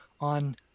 on